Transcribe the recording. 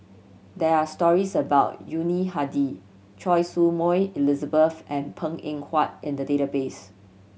there are stories about Yuni Hadi Choy Su Moi Elizabeth and Png Eng Huat in the database